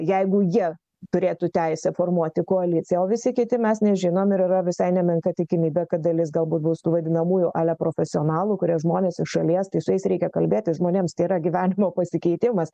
jeigu jie turėtų teisę formuoti koaliciją o visi kiti mes nežinom ir yra visai nemenka tikimybė kad dalis galbūt bus tų vadinamųjų ale profesionalų kurie žmonės iš šalies tai su jais reikia kalbėti žmonėms tai yra gyvenimo pasikeitimas